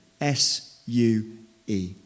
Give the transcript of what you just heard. S-U-E